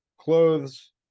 clothes